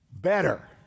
better